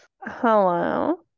Hello